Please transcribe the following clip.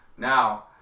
Now